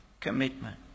commitment